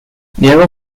diego